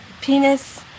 penis